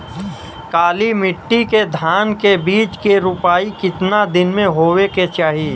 काली मिट्टी के धान के बिज के रूपाई कितना दिन मे होवे के चाही?